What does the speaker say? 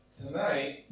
tonight